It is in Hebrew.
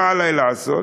מה עלי לעשות?